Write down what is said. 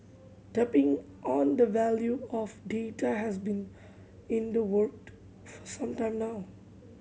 tapping on the value of data has been in the worked for some time now